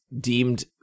deemed